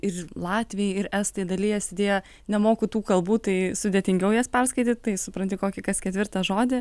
ir latviai ir estai dalijas idėja nemoku tų kalbų tai sudėtingiau jas perskaityt tai supranti kokį kas ketvirtą žodį